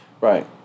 Right